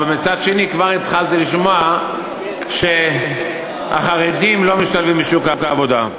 אבל מצד שני כבר התחלתי לשמוע שהחרדים לא משתלבים בשוק העבודה?